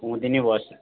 Kumudini bus